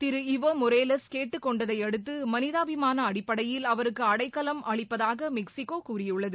திரு Evo Morales கேட்டுக் கொண்டதை அடுத்து மனிதாபிமான அடிப்படையில் அவருக்கு அடைக்கலம் அளிப்பதாக மெக்சிகோ கூறியுள்ளது